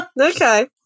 okay